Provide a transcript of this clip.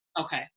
okay